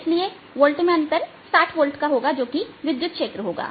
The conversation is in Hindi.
इसलिए वोल्ट अंतर 60 वोल्ट होगा जो कि विद्युत क्षेत्र होगा